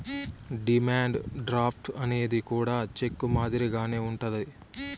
demand draft అనేది కూడా check మాదిరిగానే ఉంటది